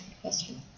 question